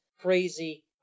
crazy